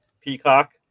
Peacock